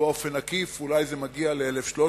ובאופן עקיף אולי זה מגיע ל-1,300,